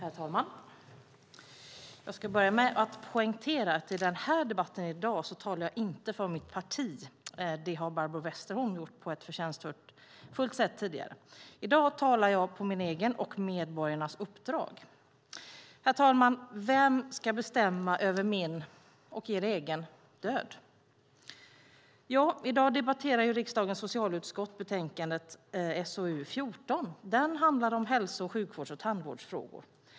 Herr talman! Jag ska börja med att poängtera att i den här debatten i dag talar jag inte för mitt parti. Det har Barbro Westerholm gjort på ett förtjänstfullt sätt. I dag talar jag på mitt eget och medborgarnas uppdrag. Herr talman! Vem skall bestämma över min och er egen död? I dag debatterar riksdagens socialutskott betänkande SoU14. Det handlar om hälso och sjukvårdsfrågor samt tandvårdsfrågor.